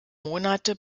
monate